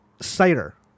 Cider